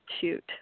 shoot